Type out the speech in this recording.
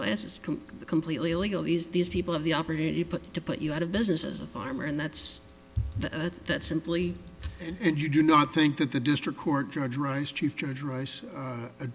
classes completely illegal is these people have the opportunity to put you out of business as a farmer and that's that simply and you do not think that the district